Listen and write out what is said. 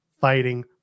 fighting